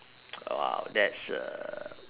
oh !wow! that's a